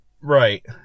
Right